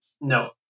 No